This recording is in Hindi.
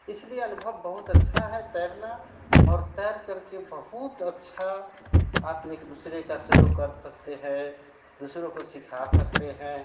इसलिए अनुभव बहुत अच्छा है तैरना और तैर करके बहुत अच्छा आप एक दुसरे का सहयोग कर सकते है दुसरों को सिखा सकते हैं